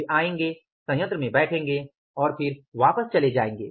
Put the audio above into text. वे आएंगे सयंत्र में बैठेंगे और फिर वापस चले जाएंगे